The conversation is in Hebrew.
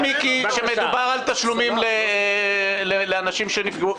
מיקי אומר שמדובר על תשלומים לאנשים שנפגעו.